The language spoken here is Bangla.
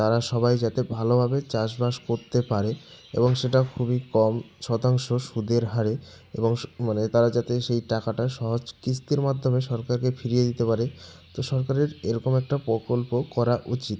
তারা সবাই যাতে ভালোভাবে চাষবাস করতে পারে এবং সেটা খুবই কম শতাংশ সুদের হারে এবং মানে তারা যাতে সেই টাকাটা সহজ কিস্তির মাধ্যমে সরকারকে ফিরিয়ে দিতে পারে তো সরকারের এরকম একটা প্রকল্প করা উচিত